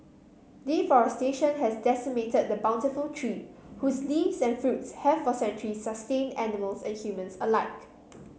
deforestation has decimated the bountiful tree whose leaves and fruits have for centuries sustained animals and humans alike